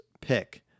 pick